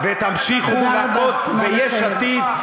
ותמשיכו להכות ביש עתיד,